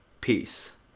Peace